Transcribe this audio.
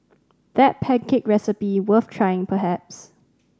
that pancake recipe worth trying perhaps